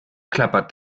klappert